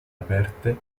aperte